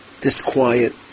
disquiet